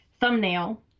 thumbnail